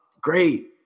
Great